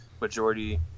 majority